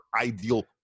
ideal